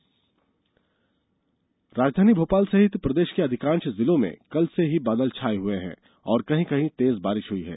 मौसम राजधानी भोपाल सहित प्रदेष के अधिकांष जिलों में कल से ही बादल छाए हुए हैं और कहीं कहीं तेज बारिष हुई है